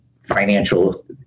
financial